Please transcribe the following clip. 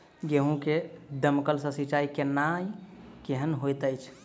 गेंहूँ मे दमकल सँ सिंचाई केनाइ केहन होइत अछि?